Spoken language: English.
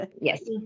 Yes